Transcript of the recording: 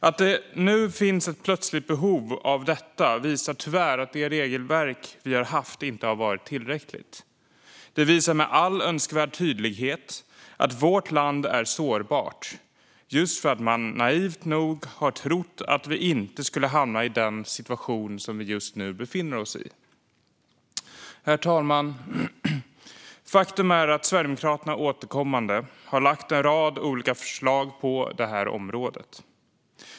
Att det nu finns ett plötsligt behov av detta visar tyvärr att det regelverk som vi har haft inte har varit tillräckligt. Det visar med all önskvärd tydlighet att vårt land är sårbart, just för att man naivt nog har trott att vi inte skulle hamna i den situation som vi just nu befinner oss i. Herr talman! Faktum är att Sverigedemokraterna återkommande har lagt en rad olika förslag på det här området.